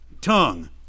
tongue